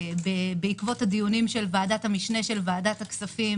בעקבות הדיונים של ועדת המשנה של ועדת הכספים